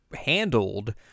handled